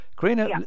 Karina